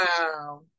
Wow